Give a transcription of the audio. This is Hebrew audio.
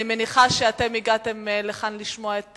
אני מניחה שאתם הגעתם לכאן כדי לשמוע את